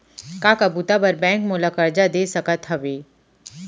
का का बुता बर बैंक मोला करजा दे सकत हवे?